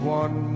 one